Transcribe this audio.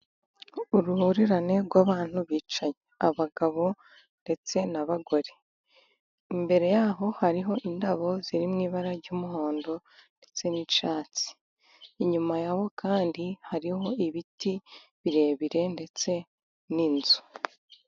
Uruhurirane rw'abantu bicaye, abagabo ndetse n'abagore, imbere yaho hari indabo ziri mu ibara ry'umuhondo ndetse n'icyatsi, inyuma yabo kandi hari ibiti birebire ndetse n'inzu.